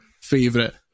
favorite